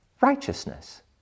righteousness